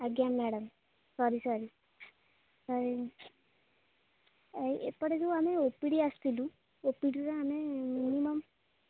ଆଜ୍ଞା madam sorry sorry ଏହି ଏପଟେ ଯେଉଁ ଆମେ ଓ ପି ଡ଼ି ଆସିଥିଲୁ ଓପିଡ଼ିରେ ଆମେ ମିନିମମ୍